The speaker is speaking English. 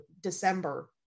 december